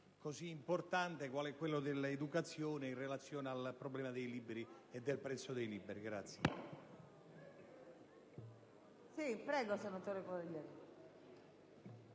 così importante quale quello dell'educazione in relazione al problema del prezzo dei libri.